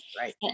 Right